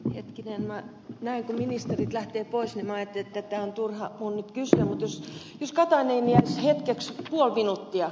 minä näen että ministerit lähtevät pois ja minä ajattelin että tätä on turha minun nyt kysyä mutta jos katainen jäisi hetkeksi puoli minuuttia minä haluaisin